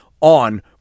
on